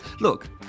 Look